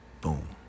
Boom